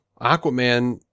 Aquaman